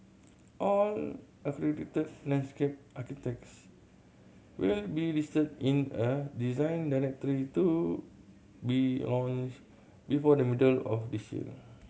all accredited landscape architects will be listed in a Design Directory to be launched before the middle of this year